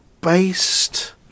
based